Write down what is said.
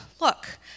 look